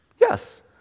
yes